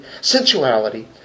sensuality